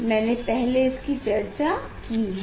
मैनें पहले इसकी चर्चा की है